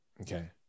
Okay